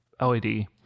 LED